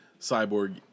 Cyborg